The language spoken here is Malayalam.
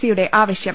സിയുടെ ആവശ്യം